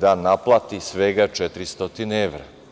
da naplati svega 400 maraka.